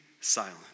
silent